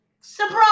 Surprise